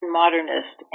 modernist